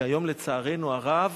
כי היום, לצערנו הרב,